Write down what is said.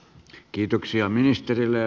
kiitoksia ministerille